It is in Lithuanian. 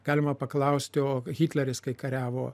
galima paklausti o hitleris kai kariavo